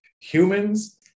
Humans